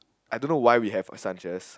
I don't know why we have assumptions